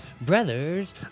Brothers